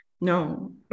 No